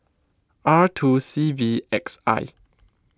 R two C V X I